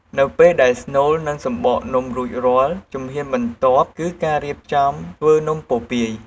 នៅពេលដែលស្នូល និងសំបកនំរួចរាល់ ជំហានបន្ទាប់គឺការរៀបចំធ្វើនំពពាយ។